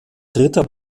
dritter